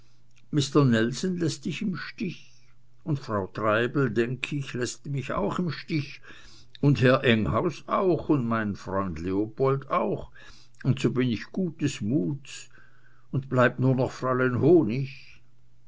mister nelson läßt dich im stich und frau treibel denk ich läßt dich auch im stich und herr enghaus auch und mein freund leopold auch und so bin ich gutes muts und bleibt nur noch fräulein honig